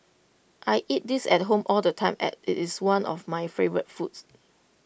I eat this at home all the time as IT is one of my favourite foods